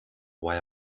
why